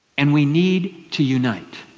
and we need to unite.